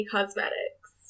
Cosmetics